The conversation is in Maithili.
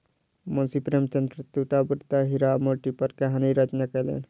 मुंशी प्रेमचंदक दूटा बड़द हीरा आ मोती पर कहानी रचना कयलैन